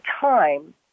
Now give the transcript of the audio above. time